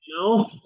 No